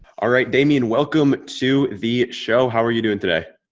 alright, damien, welcome to the show. how are you doing today?